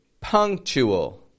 Punctual